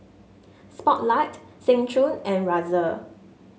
Spotlight Seng Choon and Razer